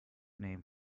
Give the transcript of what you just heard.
named